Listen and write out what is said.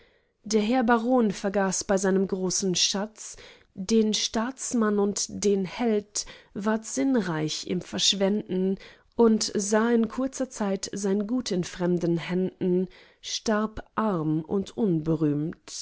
der herr baron vergaß bei seinem großen schatz den staatsmann und den held ward sinnreich im verschwenden und sah in kurzer zeit sein gut in fremden händen starb arm und